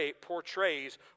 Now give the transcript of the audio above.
portrays